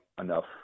enough